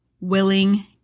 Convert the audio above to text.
willing